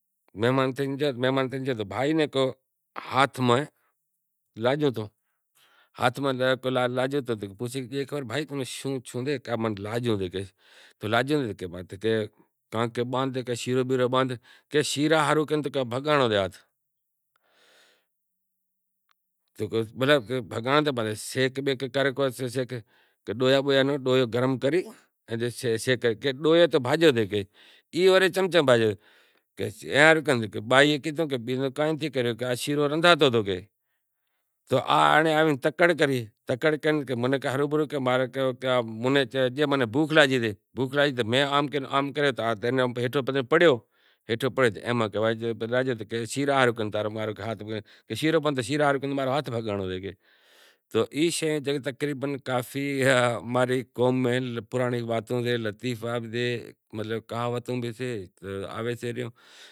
مہمان تھئی گیو تو بھائی ناں کہیو ہاتھ ماں لاگیو تو بھائی تمیں شوں تھیو کہے دھک لاگو اے تو بھائی کیدہو کہ توں ای ماتھے شیرو بیرو باندھ تو کہے کہ بھائی شیرے رے چکر میں تو ہاتھ بھنگانڑو اے۔ تو ای شے تقریبن کافی اے ماں ری قوم میں آوے سے